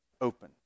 open